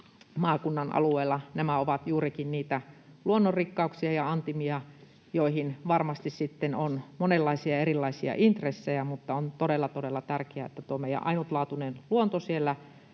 maakuntamme alueella nämä ovat juurikin niitä luonnonrikkauksia ja -antimia, joihin varmasti on monenlaisia erilaisia intressejä, mutta on todella, todella tärkeää, että tuo meidän ainutlaatuinen luontomme siellä